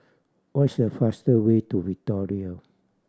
what is a faster way to Victoria